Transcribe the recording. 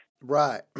Right